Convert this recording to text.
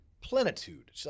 plenitude